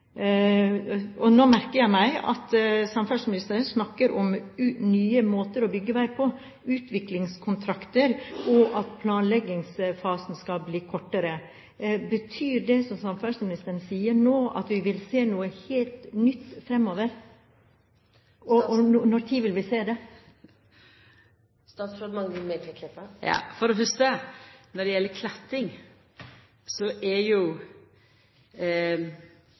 Nå merker jeg meg at samferdselsministeren snakker om nye måter å bygge vei på, gjennom utviklingskontrakter, og at planleggingsfasen skal bli kortere. Betyr det som samferdselsministeren sier nå, at vi vil se noe helt nytt fremover, og når vil vi se det? For det fyrste når det gjeld klatting, er den fremste føresetnaden for å unngå det, meir pengar. Det